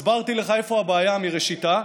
הסברתי לך איפה הבעיה מראשיתה.